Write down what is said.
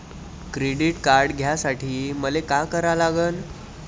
Credit card घ्यासाठी मले का करा लागन?